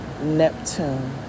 Neptune